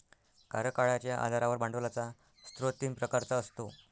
कार्यकाळाच्या आधारावर भांडवलाचा स्रोत तीन प्रकारचा असतो